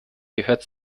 gehört